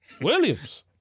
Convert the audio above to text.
Williams